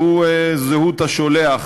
והוא זהות השולח.